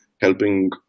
helping